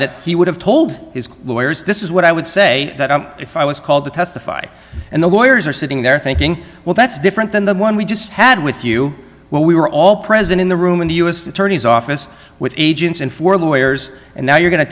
that he would have told his lawyers this is what i would say that if i was called to testify and the lawyers are sitting there thinking well that's different than the one we just had with you well we were all present in the room in the u s attorney's office with agents and for lawyers and now you're going to